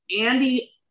Andy